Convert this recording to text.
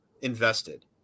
invested